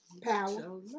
Power